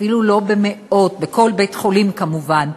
אפילו לא במאות, בכל בית-חולים, כמובן.